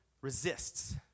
resists